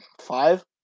five